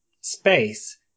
space